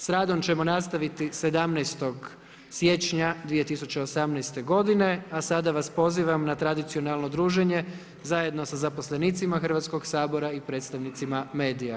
Sa radom ćemo nastaviti 17. siječnja 2018. godine, a sada vas pozivam na tradicionalno druženje zajedno sa zaposlenicima Hrvatskog sabora i predstavnicima medija.